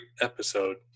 episode